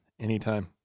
Anytime